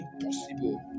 impossible